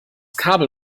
kabel